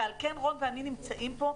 ועל כן רון ואני נמצאים פה.